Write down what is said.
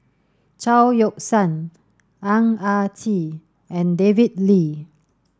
Chao Yoke San Ang Ah Tee and David Lee